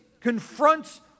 confronts